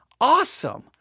awesome